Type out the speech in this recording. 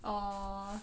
or